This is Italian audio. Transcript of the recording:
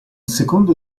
secondo